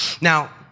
Now